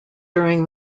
during